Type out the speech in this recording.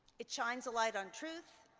it shines a light on truth.